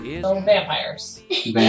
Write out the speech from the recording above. vampires